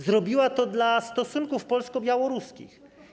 Zrobiła to dla stosunków polsko-białoruskich.